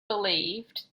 believed